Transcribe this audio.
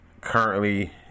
currently